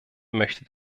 möchte